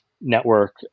network